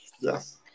Yes